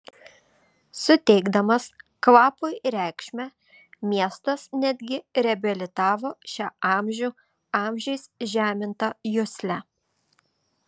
suteikdamas kvapui reikšmę miestas netgi reabilitavo šią amžių amžiais žemintą juslę